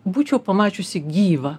būčiau pamačiusi gyvą